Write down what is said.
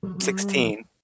Sixteen